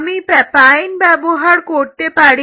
আমি প্যাপাইন ব্যবহার করতে পারি